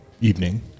evening